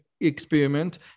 experiment